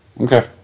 Okay